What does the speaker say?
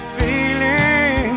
feeling